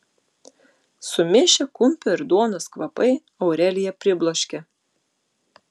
sumišę kumpio ir duonos kvapai aureliją pribloškė